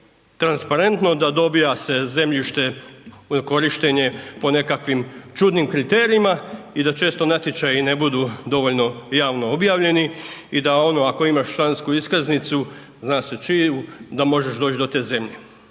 transparentno, da dobiva se zemljište u korištenje po nekakvim čudnim kriterijima i da često natječaji ne budu dovoljno i javno objavljeni i da ono ako imaš člansku iskaznicu, zna se čiju, da možeš doć do te zemlje,